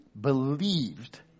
believed